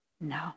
No